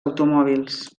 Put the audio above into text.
automòbils